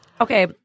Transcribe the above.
Okay